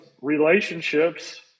relationships